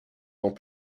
dans